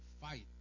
fight